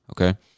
Okay